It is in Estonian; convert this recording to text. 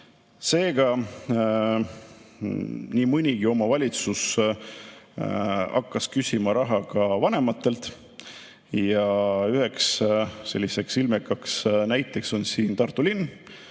Seega, nii mõnigi omavalitsus hakkas küsima raha ka vanematelt. Üks selline ilmekas näide on Tartu linn,